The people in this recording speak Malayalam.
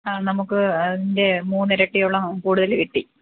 ആ നമുക്ക് അതിന്റെ മൂന്ന് ഇരട്ടിയോളം കൂടുതൽ കിട്ടി